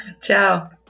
Ciao